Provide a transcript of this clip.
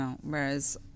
Whereas